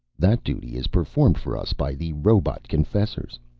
that duty is performed for us by the robot-confessors.